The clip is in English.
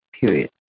period